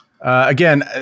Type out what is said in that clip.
Again